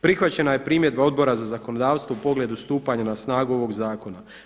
Prihvaćena je primjedba Odbora za zakonodavstvo u pogledu stupanja na snagu ovog zakona.